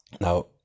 Now